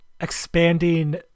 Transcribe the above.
expanding